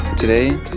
Today